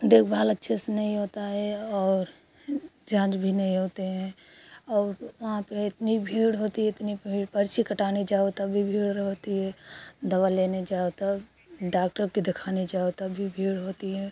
देखभाल अच्छे से नहीं होती है और हं जाँच भी नहीं होती है और वहाँ पर इतनी भीड़ होती है इतनी भीड़ पर्ची कटाने जाओ तब भी भीड़ होती है दवा लेने जाओ तब डाक्टर के देखाने जाओ तब भी भीड़ होती है